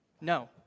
No